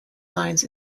lines